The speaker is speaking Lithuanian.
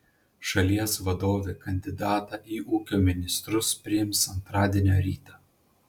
šalies vadovė kandidatą į ūkio ministrus priims antradienio rytą